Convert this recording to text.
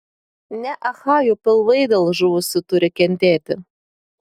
ne achajų pilvai dėl žuvusių turi kentėti